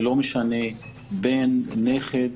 ולא משנה אם זה בן או נכד,